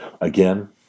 Again